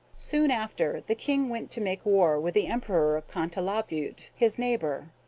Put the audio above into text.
soon after the king went to make war with the emperor contalabutte, his neighbor.